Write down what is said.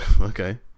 okay